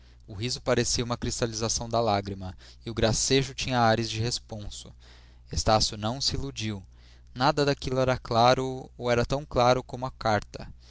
o riso parecia uma cristalização da lágrima e o gracejo tinha ares de responso estácio não se iludiu nada daquilo era claro ou era tão claro como a carta